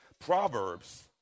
Proverbs